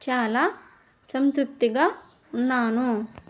చాలా సంతృప్తిగా ఉన్నాను